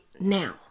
now